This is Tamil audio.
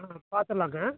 ஆ பார்த்துட்லாங்க